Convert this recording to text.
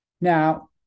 Now